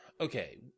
okay